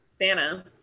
Santa